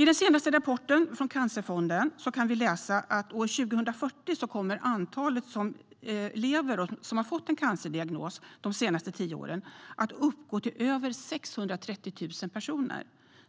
I den senaste rapporten från Cancerfonden kan vi läsa att år 2040 kommer antalet som lever och som fått en cancerdiagnos de senaste tio åren att uppgå till över 630 000 personer.